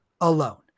alone